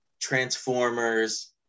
transformers